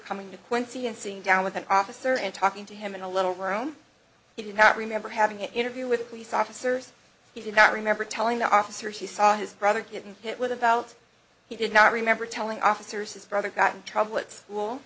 coming to quincy and seeing down with an officer and talking to him in a little room he did not remember having an interview with police officers he did not remember telling the officer he saw his brother getting hit with a belt he did not remember telling officers his brother got in trouble at school